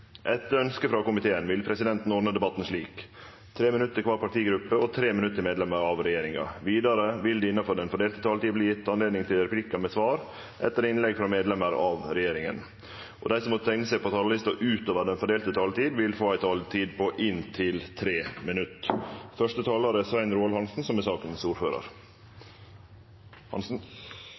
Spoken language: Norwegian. Etter ønske fra finanskomiteen vil presidenten ordne debatten slik: 5 minutter til hver partigruppe og 5 minutter til medlemmer av regjeringen. Videre vil det – innenfor den fordelte taletid – bli gitt anledning til replikker med svar etter innlegg fra medlemmer av regjeringen, og de som måtte tegne seg på talerlisten utover den fordelte taletid, får en taletid på inntil